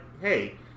hey